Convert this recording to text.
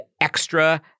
extra